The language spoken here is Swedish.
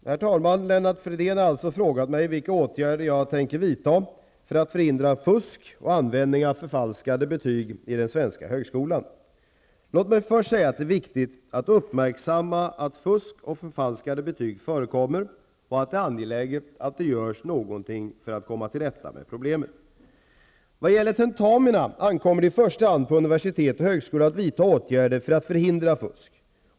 Herr talman! Lennart Fridén har frågat mig vilka åtgärder jag tänker vidta för att förhindra fusk och användning av förfalskade betyg i den svenska högskolan. Låt mig först säga att det är viktigt att uppmärksamma att fusk och förfalskade betyg förekommer och att det är angeläget att det görs något för att komma till rätta med problemet. Vad gäller tentamina ankommer det i första hand på universitet och högskolor att vidta åtgärder för att förhindra fusk.